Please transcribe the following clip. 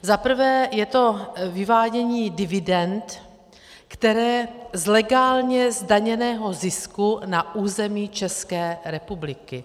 Za prvé je to vyvádění dividend, které jsou z legálně zdaněného zisku na území České republiky.